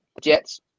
Jets